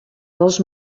dels